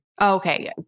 Okay